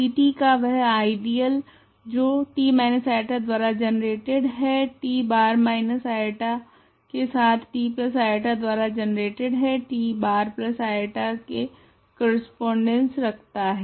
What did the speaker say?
Ct का वह ideal जो t I द्वारा जनरेटेड है t bar-i के तथा tI द्वारा जनरेटेड है t bari के करस्पोंडेंस रखता है